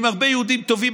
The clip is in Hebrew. עם הרבה יהודים טובים,